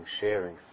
sharing